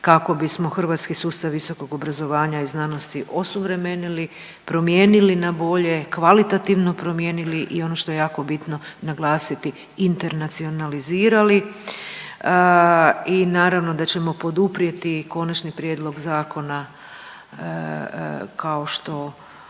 kako bismo hrvatski sustav visokog obrazovanja i znanosti osuvremenili, promijenili na bolje, kvalitativno promijenili i ono što je jako bitno naglasiti internacionalizirali i naravno da ćemo poduprijeti konačni prijedlog zakona kao što